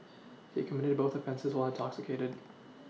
he committed both offences while intoxicated